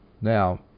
Now